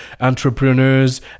entrepreneurs